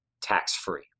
tax-free